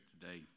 today